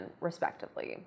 respectively